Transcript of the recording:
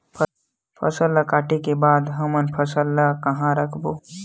फसल ला काटे के बाद हमन फसल ल कहां रखबो?